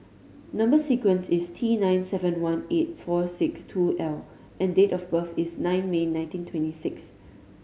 number sequence is T nine seven one eight four six two L and date of birth is nine May nineteen twenty six